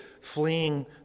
fleeing